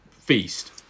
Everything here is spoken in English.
feast